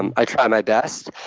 and i try my best,